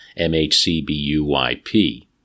mhcbuyp